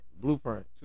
Blueprint